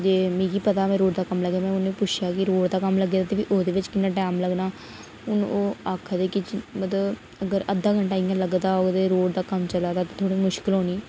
ते मिगी पता निं रोड़ दा कम्म लग्गे दा ते ओह्दे बिच किन्ना टैम लग्गना हून ओह् आखदे कि मतलब अगर अद्धा घैंटा इंया लगदा होग ते रोड़ दा कम्म चला दा ते थोह्ड़ी मुश्कल होनी